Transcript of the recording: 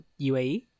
UAE